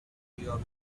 your